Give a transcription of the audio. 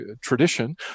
tradition